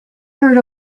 heard